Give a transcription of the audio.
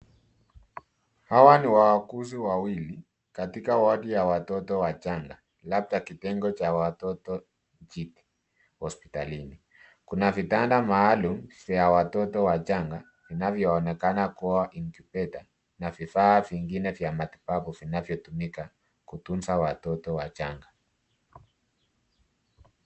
Hawa ni wauguzi wawili katika wodi ya watoto wachanga, labda kitengo cha watoto hospitalini. Kuna vitanda maalum vya watoto wachanga viavyoonekana kuwa incubator na vifaa vingine vya mtibabu vinavyotumika kutunza watoto wachanga.